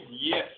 Yes